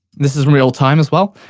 this is in real time, as well.